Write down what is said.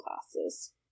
classes